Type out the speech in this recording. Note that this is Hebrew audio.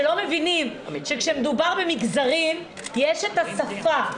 שלא מבינים שכשמדובר במגזרים יש את השפה.